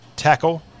tackle